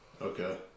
Okay